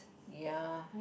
ya